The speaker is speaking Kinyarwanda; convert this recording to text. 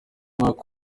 mwaka